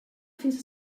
fins